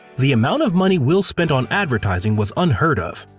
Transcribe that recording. the amount of money will spent on advertising was unheard of.